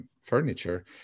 furniture